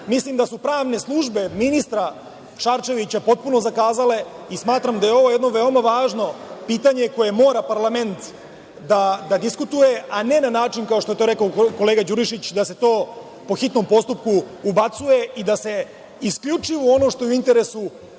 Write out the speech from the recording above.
Mislim da su pravne službe ministra Šarčevića potpuno zakazale i smatram da je ovo jedno veoma važno pitanje koje mora parlament da diskutuje, a ne na način kao što je to rekao kolega Đurišić, da se to po hitnom postupku ubacuje i da se isključivo ono što je u interesu